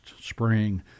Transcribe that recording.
spring